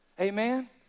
Amen